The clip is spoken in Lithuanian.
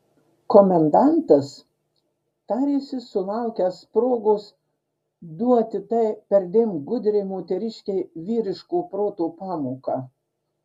komendantas tarėsi sulaukęs progos duoti tai perdėm gudriai moteriškei vyriško proto pamoką